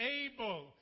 able